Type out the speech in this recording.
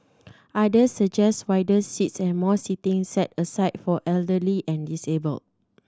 others suggested wider seats and more seating set aside for elderly and disabled